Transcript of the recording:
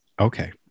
okay